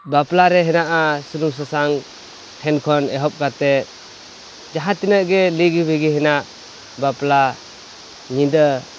ᱵᱟᱯᱞᱟᱨᱮ ᱦᱮᱱᱟᱜᱼᱟ ᱥᱩᱱᱩᱢ ᱥᱟᱥᱟᱝ ᱴᱷᱮᱱ ᱠᱷᱚᱱ ᱮᱦᱚᱵ ᱠᱟᱛᱮ ᱡᱟᱦᱟᱸ ᱛᱤᱱᱟᱹᱜ ᱜᱮ ᱞᱤᱜᱤ ᱵᱷᱤᱜᱤ ᱦᱮᱱᱟᱜ ᱵᱟᱯᱞᱟ ᱧᱤᱫᱟᱹ